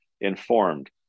informed